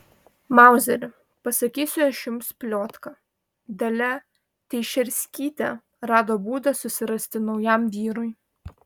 mauzeri pasakysiu aš jums pliotką dalia teišerskytė rado būdą susirasti naujam vyrui